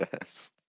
Yes